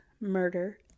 murder